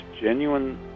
genuine